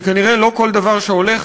שכנראה לא כל דבר שהולך,